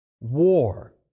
war